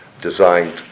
designed